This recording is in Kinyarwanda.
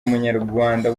munyarwanda